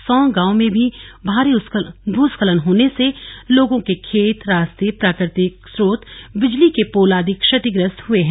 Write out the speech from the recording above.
सौंग गांव में भी भारी भूस्खलन होने से लोगों के खेत रास्ते प्राकृतिक स्रोत बिजली के पोल आदि क्षतिग्रस्त हो गए हैं